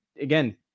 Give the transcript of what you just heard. again